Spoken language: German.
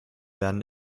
werden